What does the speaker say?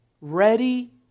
ready